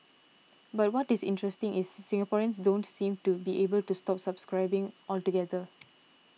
but what is interesting is Singaporeans don't seem to be able to stop subscribing altogether